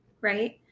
right